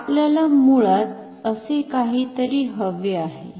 तर आपल्याला मुळात असे काहीतरी हवे आहे